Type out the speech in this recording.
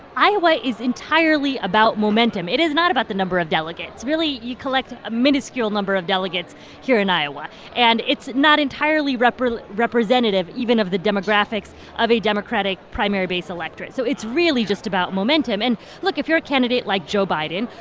iowa is entirely about momentum. it is not about the number of delegates. really, you collect a miniscule number of delegates here in iowa. and it's not entirely representative representative even of the demographics of a democratic primary base electorate. so it's really just about momentum. and look. if you're a candidate like joe biden,